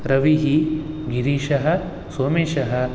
रविः गिरीशः सोमेशः